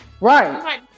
right